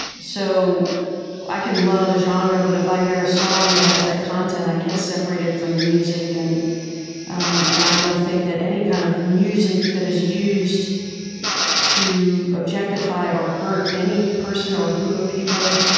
so i can love a genre, but if i hear a song that has that content, i can't separate it from the music. and um and i don't think that any kind of music that is used to objectify or hurt any person or group of people,